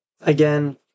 again